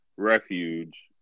Refuge